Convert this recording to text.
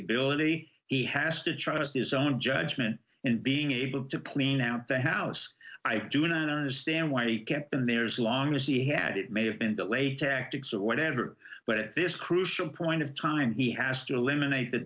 ability he has to trust his own judgment and being able to clean out the house i do not understand why he can't then there's long as he had it may have been delayed tactics or whatever but at this crucial point of time he has t